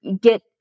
get